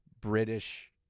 British